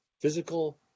physical